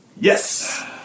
Yes